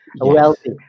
wealthy